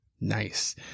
Nice